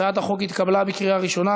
הצעת החוק התקבלה בקריאה ראשונה,